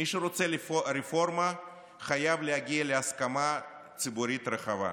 מי שרוצה רפורמה חייב להגיע להסכמה ציבורית רחבה,